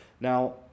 Now